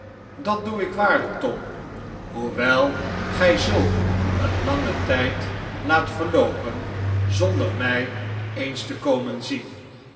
dat doe ik waarlijk tom hoewel gij zulk een langen tijd laat verloopen zonder imj eens te komen zien